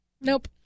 Nope